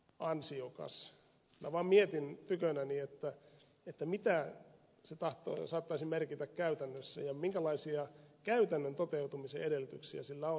minä vaan mietin tykönäni mitä se saattaisi merkitä käytännössä ja minkälaisia käytännön toteutumisen edellytyksiä sillä on